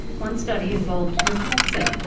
one study involved naproxen,